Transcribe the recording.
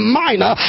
minor